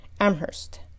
Amherst